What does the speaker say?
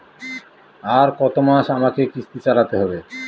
আর কতমাস আমাকে কিস্তি চালাতে হবে?